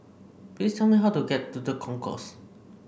please tell me how to get to The Concourse